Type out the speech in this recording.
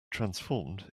transformed